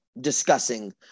discussing